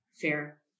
fair